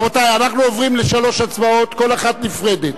רבותי, אנחנו עוברים לשלוש הצבעות, כל אחת נפרדת.